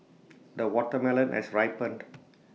the watermelon has ripened